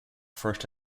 first